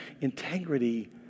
integrity